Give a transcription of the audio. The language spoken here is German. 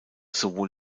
sowohl